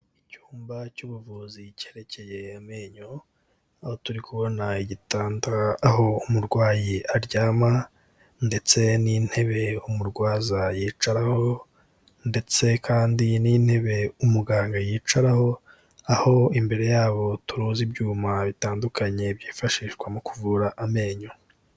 Icyumba cy'ubuvuzi cyerekeye amenyo, aho turi kubona igitanda aho umurwayi aryama ndetse n'intebe umurwaza yicaraho ndetse kandi n'intebe umuganga yicaraho, aho imbere yabo turuzi ibyuma bitandukanye byifashishwa mu kuvura amenyo.